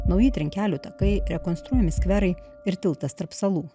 nauji trinkelių takai rekonstruojami skverai ir tiltas tarp salų